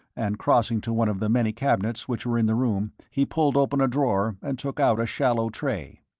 and crossing to one of the many cabinets which were in the room, he pulled open a drawer and took out a shallow tray.